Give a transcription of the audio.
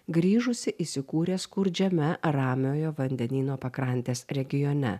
grįžusi įsikūrė skurdžiame ramiojo vandenyno pakrantės regione